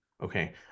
Okay